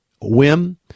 whim